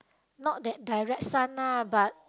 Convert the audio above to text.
not that direct sun lah but